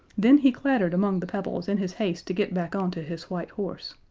then he clattered among the pebbles in his haste to get back on to his white horse,